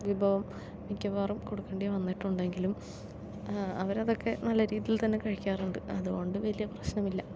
വിഭവം മിക്കവാറും കൊടുക്കേണ്ടി വന്നിട്ടുണ്ടെങ്കിലും അവരതൊക്കെ നല്ല രീതിയിൽ തന്നെ കഴിക്കാറുണ്ട് അതുകൊണ്ട് വലിയ പ്രശ്നമില്ല